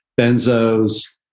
benzos